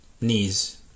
knees